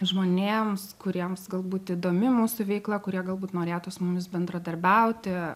žmonėms kuriems galbūt įdomi mūsų veikla kurie galbūt norėtų su mumis bendradarbiauti